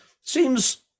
seems